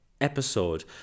episode